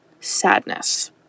Sadness